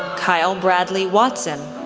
kyle bradley watson,